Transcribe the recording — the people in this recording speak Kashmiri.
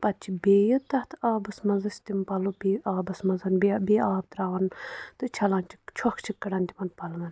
پَتہٕ چھِ بیٚیہِ تَتھ آبَس منٛز أسۍ تِم پَلَو بیٚیہِ آبَس منٛز بیٚیہِ بیٚیہِ آب تَرٛاوان تہٕ چَھلان چھِکھ چھۅکھ چھِکھ کَڈان تِمن پَلوَن